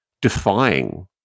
defying